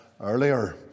earlier